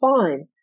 fine